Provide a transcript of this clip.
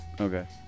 Okay